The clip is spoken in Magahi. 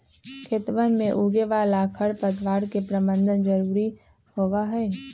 खेतवन में उगे वाला खरपतवार के प्रबंधन जरूरी होबा हई